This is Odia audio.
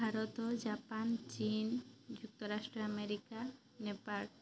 ଭାରତ ଜାପାନ୍ ଚୀନ୍ ଯୁକ୍ତରାଷ୍ଟ୍ର ଆମେରିକା ନେପାଳ